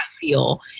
feel